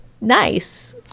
nice